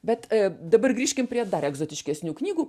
bet dabar grįžkim prie dar egzotiškesnių knygų